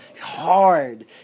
hard